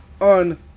on